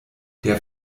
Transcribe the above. der